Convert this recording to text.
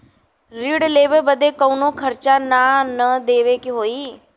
ऋण लेवे बदे कउनो खर्चा ना न देवे के होई?